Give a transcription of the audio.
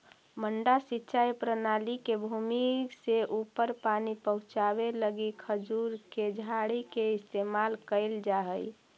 मड्डा सिंचाई प्रणाली में भूमि से ऊपर पानी पहुँचावे लगी खजूर के झाड़ी के इस्तेमाल कैल जा हइ